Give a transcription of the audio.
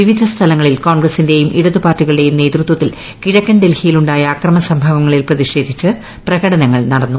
പിപിധ സ്ഥലങ്ങളിൽ കോൺഗ്രസിന്റെയും ഇട്ടതും പാർട്ടികളുടെയും നേതൃത്വത്തിൽ കിഴക്കൻ ഡൽഹിയിൽ ഉണ്ടായ അക്രമസംഭവങ്ങളിൽ പ്രതിഷേധിച്ച് പ്രകടനങ്ങൾനടന്നു